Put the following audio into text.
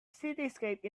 cityscape